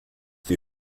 die